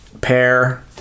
PAIR